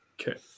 Okay